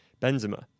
Benzema